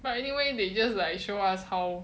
but anyway they just like show us how